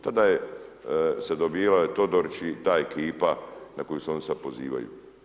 Tada je se dobivale Todorić i ta ekipa na koju se oni sad pozivaju.